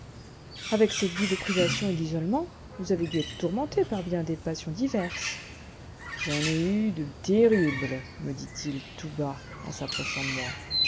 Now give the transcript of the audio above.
avec cette vie de privation et d'isolement vous avez dû être tourmenté par bien des passions diverses j'en ai eu de terribles me dit-il tout bas en s'approchant de moi